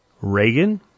Reagan